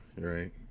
Right